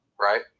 right